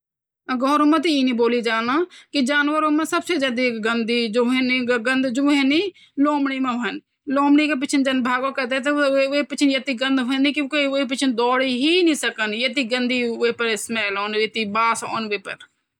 जानवरो माँ ज्यादा से ज्यादा हमुन गिरगिटों सुणी की गिरगिट रंग बदन और जन क्वे जानवर रंग नई बदलदुं न वो जन घास माँ जलु हरु देखुनु मिटटी माँ जलु तह भुरू देखून और पाथर माँ जलु तोह पथर जणू रंग देखेलु मतलब इन की गिरगिट रंग बदनु और तोह मि ते ज्यादा पता नई |